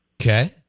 Okay